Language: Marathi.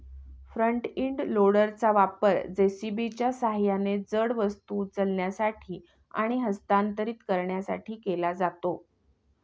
फ्रंट इंड लोडरचा वापर जे.सी.बीच्या सहाय्याने जड वस्तू उचलण्यासाठी आणि हस्तांतरित करण्यासाठी केला जातो